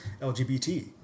LGBT